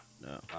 No